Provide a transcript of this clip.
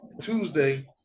Tuesday